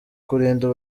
kurinda